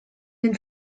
den